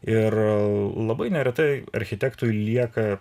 ir labai neretai architektui lieka